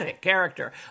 character